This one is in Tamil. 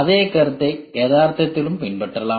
அதே கருத்தை யதார்த்தத்திலும் பின்பற்றலாம்